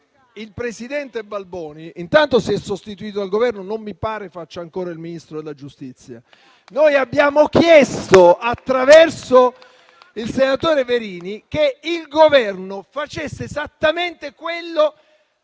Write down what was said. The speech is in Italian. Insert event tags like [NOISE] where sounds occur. il presidente Balboni si è sostituito al Governo e non mi pare faccia ancora il Ministro della giustizia. [APPLAUSE] Noi abbiamo chiesto attraverso, il senatore Verini, che il Governo facesse esattamente quello